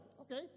okay